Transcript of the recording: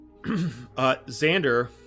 Xander